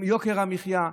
עם יוקר המחיה.